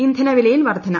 ഇന്ധനവിലയിൽ വർദ്ധന